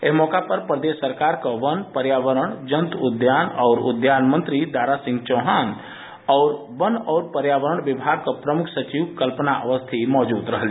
इस अवसर पर प्रदेश सरकार के वन पर्यावरण जन्तु उद्यान एवं उद्यान मंत्री दारा सिंह चौहान और वन एवं पर्यावरण विभाग की प्रमुख सचिव कल्पना अवस्थी मौजूद रहीं